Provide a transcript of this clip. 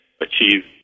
achieve